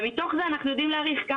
ומתוך זה אנחנו יודעים להעריך,